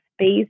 space